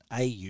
au